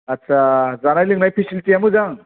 आदसा जानाय लोंनाय फेसिलिटिया मोजां